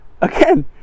again